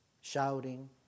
shouting